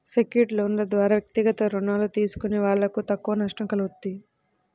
secured లోన్ల ద్వారా వ్యక్తిగత రుణాలు తీసుకునే వాళ్ళకు తక్కువ నష్టం కల్గుతుంది